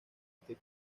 the